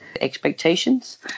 expectations